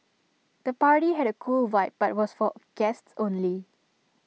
the party had A cool vibe but was for guests only